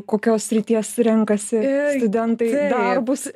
kokios srities renkasi studentai darbus